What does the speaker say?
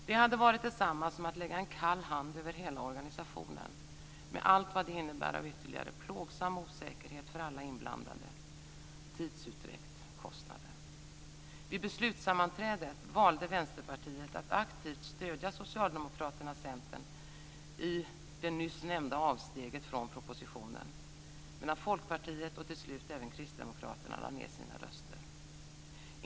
Det hade varit detsamma som att lägga en kall hand över hela organisationen, med allt vad det innebär av ytterligare plågsam osäkerhet för alla inblandade samt tidsutdräkt och kostnader. Vid beslutssammanträdet valde Vänsterpartiet att aktivt stödja Socialdemokraterna och Centern i det nyss nämnda avsteget från propositionen medan Folkpartiet och till sist även Kristdemokraterna lade ned sina röster.